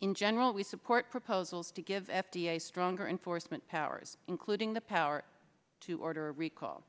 in general we support proposals to give f d a stronger enforcement powers including the power to order a recall